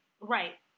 Right